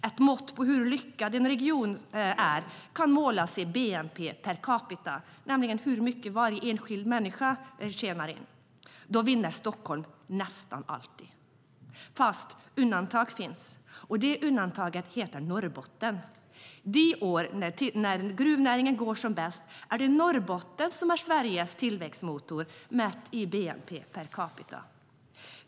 Ett mått på hur lyckad en region är kan målas i bnp per capita, nämligen hur mycket varje enskild individ tjänar. Då vinner Stockholm nästan alltid. Men undantag finns, och det undantaget heter Norrbotten. De år då gruvnäringen går som bäst är det Norrbotten som är Sveriges tillväxtmotor mätt i bnp per capita.